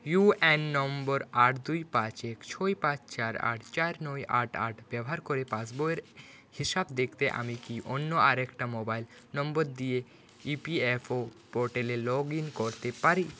you A N number আট দুই পাঁচ এক ছয় পাঁচ চার আট চার নয় আট আট ব্যবহার করে পাসবইয়ের হিসেব দেখতে আমি কি অন্য আরেকটা মোবাইল নম্বর দিয়ে ই পি এফ ও পোর্টালে লগ ইন করতে পারি